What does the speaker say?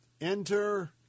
Enter